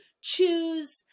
choose